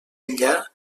enllà